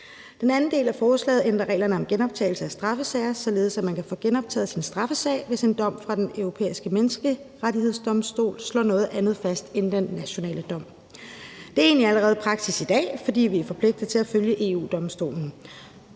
Den anden del af forslaget ændrer reglerne om en genoptagelse af straffesager, således at man kan få genoptaget sin straffesag, hvis en dom fra Den Europæiske Menneskerettighedsdomstol slår noget andet fast end den nationale dom. Det er egentlig allerede praksis i dag, fordi vi er forpligtede til at følge EU-Domstolen.